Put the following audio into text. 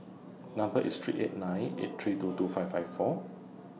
Number IS three eight nine eight three two two five five four